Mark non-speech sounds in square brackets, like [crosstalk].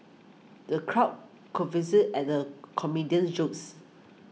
the crowd [unintelligible] at the comedian's jokes